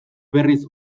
berriz